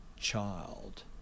child